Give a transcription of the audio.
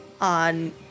on